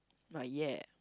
but ya